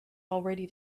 already